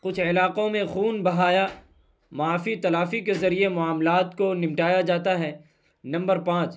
کچھ علاقوں میں خون بہایا معافی تلافی کے ذریعے معاملات کو نمٹایا جاتا ہے نمبر پانچ